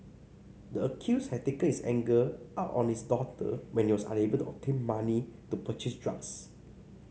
the accused had taken his anger out on his daughter when he was unable to obtain money to purchase drugs